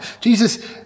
Jesus